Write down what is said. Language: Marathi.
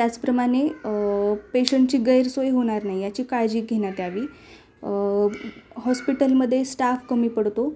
त्याचप्रमाणे पेशंटची गैरसोय होणार नाही याची काळजी घेण्यात यावी हॉस्पिटलमध्ये स्टाफ कमी पडतो